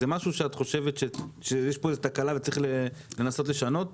זה משהו שאת חושבת שיש פה תקלה וצריך לנסות לשנות?